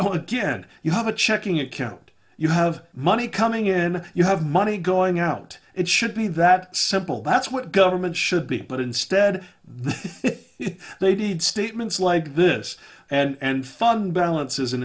know again you have a checking account you have money coming in you have money going out it should be that simple that's what government should be but instead they they did statements like this and fund balances i